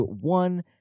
one